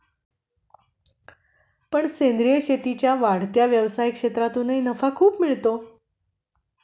पण सेंद्रीय शेतीच्या वाढत्या व्यवसाय क्षेत्रातूनही नफा खूप मिळतो